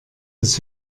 das